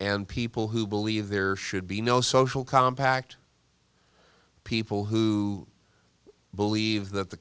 and people who believe there should be no social compact people who believe that the